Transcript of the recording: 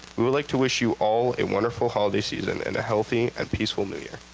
we would like to wish you all a wonderful holiday season and a healthy and peaceful new year.